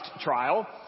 trial